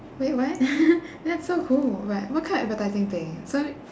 wait what that's so cool but what kind of advertising so